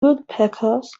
woodpeckers